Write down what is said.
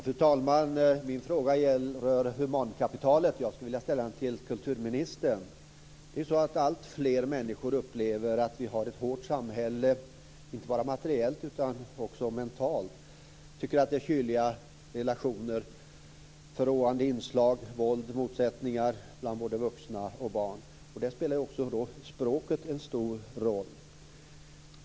Fru talman! Min fråga rör humankapitalet, och jag skulle vilja ställa den till kulturministern. Alltfler människor upplever att vi har ett hårt samhälle, inte bara materiellt utan också mentalt. Det är fråga om kyliga relationer, förråande inslag, våld och motsättningar bland både vuxna och barn. Där spelar språket en stor roll.